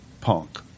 Punk